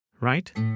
right